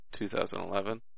2011